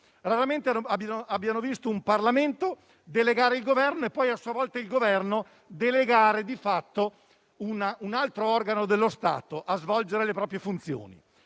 raramente abbiano visto un Parlamento delegare il Governo e poi, a sua volta, il Governo delegare di fatto un altro organo dello Stato a svolgere le proprie funzioni.